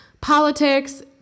politics